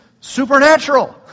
supernatural